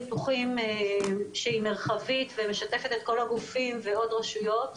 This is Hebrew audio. פתוחים שהיא מרחבית ומשתפת את כל הגופים ועוד רשויות,